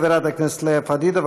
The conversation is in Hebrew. חברת הכנסת לאה פדידה,